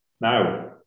Now